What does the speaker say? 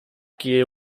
gear